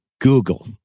Google